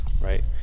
Right